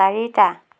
চাৰিটা